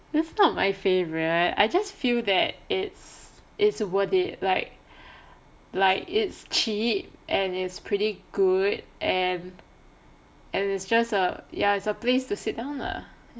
it's not my favorite I just feel that it's it's worth it like like it's cheap and it's pretty good and and it's just a ya it's a place to sit down lah